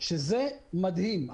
שזה מדהים.